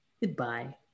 goodbye